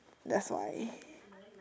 that's why